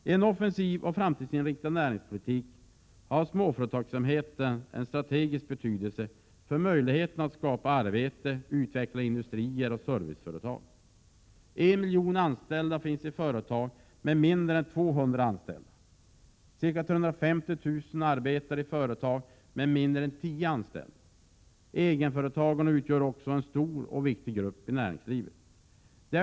I en offensiv och framtidsinriktad näringspolitik har småföretagsamheten en strategisk betydelse för möjligheterna att skapa arbete, utveckla industrier och serviceföretag. Omkring 1 miljon anställda finns i företag med mindre än 200 anställda. Ca 350 000 arbetar i företag med mindre än 10 anställda. Egenföretagarna utgör 115 också en stor och viktig grupp i näringslivet.